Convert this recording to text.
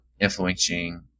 influencing